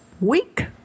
week